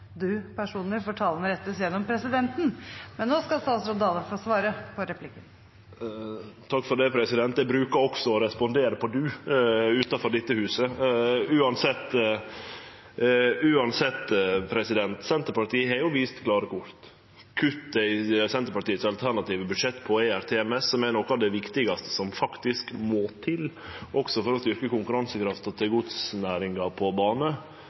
du avsløre noe av det dere har tenkt i departementet da? Presidenten vil bare minne representanten om at det kan være fint å tiltale statsråden som statsråd og ikke med «du», for talen skal rettes til presidenten. Nå skal statsråd Dale få svare på replikken. Eg brukar også å respondere på «du» utanfor dette huset – uansett. Senterpartiet har jo vist klare kort. Kuttet i Senterpartiets alternative budsjett på ERTMS, som er noko av det viktigaste som